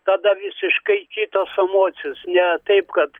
tada visiškai kitos emocijos ne taip kad